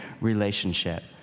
relationship